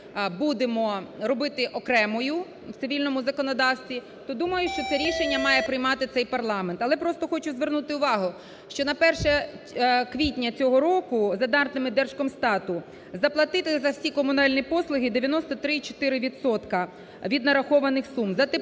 будемо робити окремою в цивільному законодавстві, то думаю, що це рішення має приймати цей парламент. Але просто хочу звернути увагу, що на 1 квітня цього року, за даними Держкомстату, заплатили за всі комунальні послуги 93,4 відсотки від нарахованих сум: за тепло